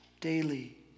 daily